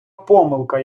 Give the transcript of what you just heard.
помилка